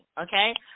okay